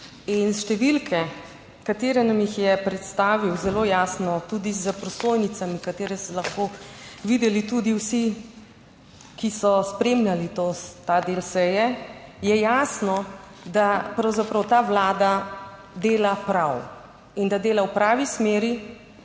in številke katere nam jih je predstavil zelo jasno tudi s prosojnicami, katere so lahko videli tudi vsi, ki so spremljali ta del seje, je jasno, da pravzaprav ta Vlada dela prav in da dela v pravi smeri